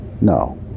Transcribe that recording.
no